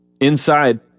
Inside